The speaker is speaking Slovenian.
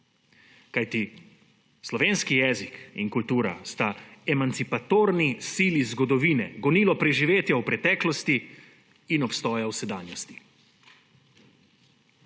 Kajti slovenski jezik in kultura sta emancipatorni sili zgodovine, gonilo preživetja v preteklosti in obstoja v sedanjosti.